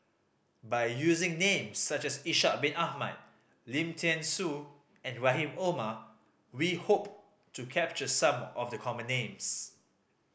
by using names such as Ishak Bin Ahmad Lim Thean Soo and Rahim Omar we hope to capture some of the common names